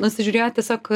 nusižiūrėjo tiesiog